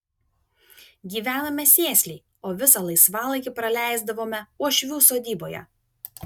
gyvenome sėsliai o visą laisvalaikį praleisdavome uošvių sodyboje